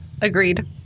agreed